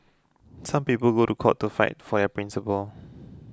some people go to court to fight for principles